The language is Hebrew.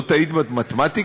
לא טעית במתמטיקה?